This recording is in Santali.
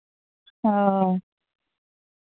ᱦᱳᱭ